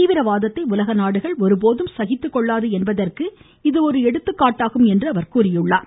தீவிரவாதத்தை உலக நாடுகள் ஒருபோதும் சகித்துக்கொள்ளாது என்பதற்கு இது ஒரு எடுத்துக்காட்டாகும் என்றும் தெரிவித்துள்ளார்